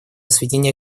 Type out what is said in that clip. сведения